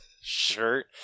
shirt